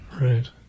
Right